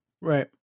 Right